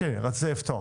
אני רק אציין שלגבי